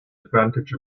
advantage